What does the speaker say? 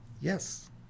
Yes